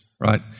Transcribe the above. Right